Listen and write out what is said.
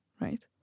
right